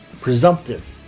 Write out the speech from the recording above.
presumptive